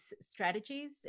strategies